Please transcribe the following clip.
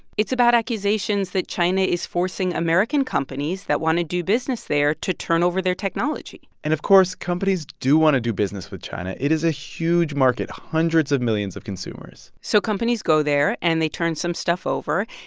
it's about accusations that china is forcing american companies that want to do business there to turn over their technology and, of course, companies do want to do business with china. it is a huge market hundreds of millions of consumers so companies go there, and they turn some stuff over,